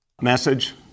Message